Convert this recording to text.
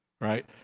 right